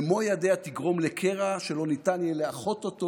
במו ידיה תגרום לקרע שלא ניתן יהיה לאחות אותו,